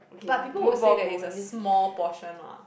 but people would say that it's a small portion ah